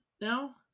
now